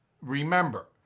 Remember